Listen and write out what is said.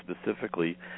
specifically